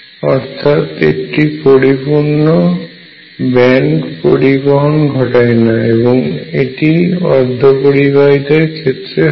অর্থাৎ একটি পরিপূর্ণ ব্যান্ড পরিবহন ঘটায় না এবং এটি অপরিবাহীদের ক্ষেত্রে হয়